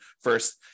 first